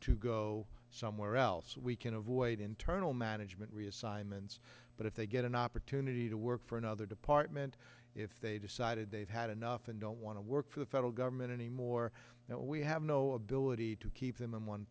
to go somewhere else we can avoid internal management reassignments but if they get an opportunity to work for another department if they decided they've had enough and don't want to work for the federal government anymore we have no ability to keep them in one